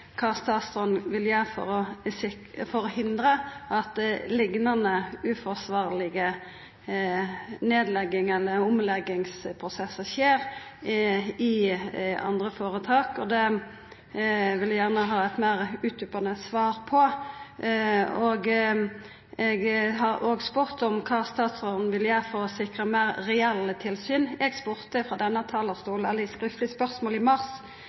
kva statsråden vil gjera for å hindra at liknande uforsvarlege nedleggings- eller omleggingsprosessar skjer i andre føretak. Det vil eg gjerne ha eit meir utdjupande svar på. Eg har òg spurt om kva statsråden vil gjera for å sikra meir reelle tilsyn. Eg spurte i eit skriftleg spørsmål i